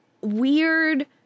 weird